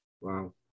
Wow